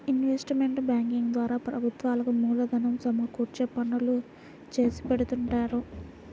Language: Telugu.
ఇన్వెస్ట్మెంట్ బ్యేంకింగ్ ద్వారా ప్రభుత్వాలకు మూలధనం సమకూర్చే పనులు చేసిపెడుతుంటారు